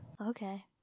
Okay